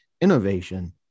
innovation